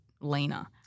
leaner